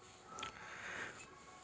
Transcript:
खरपतवार से किसान सनी परेशान रहै छै